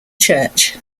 church